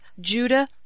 Judah